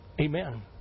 Amen